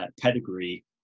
pedigree